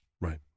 Right